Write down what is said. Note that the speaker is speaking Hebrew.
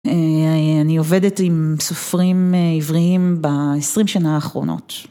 אני עובדת עם סופרים עבריים ב-20 שנה האחרונות.